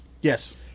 Yes